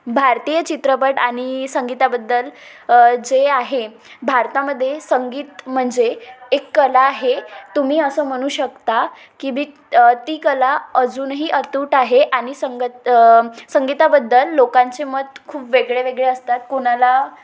भारतीय चित्रपट आणि संगीताबद्दल जे आहे भारतामध्ये संगीत म्हणजे एक कला आहे तुम्ही असं म्हणू शकता की बी ती कला अजूनही अतुट आहे आणि संगत संगीताबद्दल लोकांचे मत खूप वेगळे वेगळे असतात कोणाला